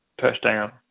touchdown